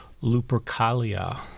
Lupercalia